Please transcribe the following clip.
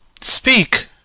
Speak